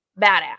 badass